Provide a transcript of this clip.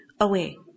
away